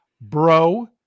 Bro